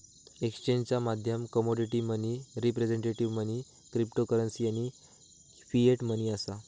एक्सचेंजचा माध्यम commodity money, representative money, cryptocurrency आणि फिएट मनी असा